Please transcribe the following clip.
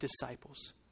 disciples